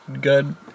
good